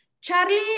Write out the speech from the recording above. Charlie